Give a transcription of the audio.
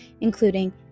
including